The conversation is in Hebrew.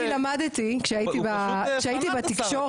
אני למדתי כשהייתי בתקשורת,